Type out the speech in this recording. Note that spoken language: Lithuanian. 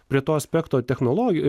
prie to aspekto technologijų